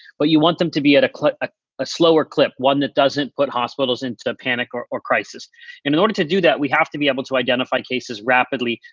but you want them to be at ah a slower clip, one that doesn't put hospitals into a panic or or crisis. and in order to do that, we have to be able to identify cases rapidly,